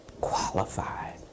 qualified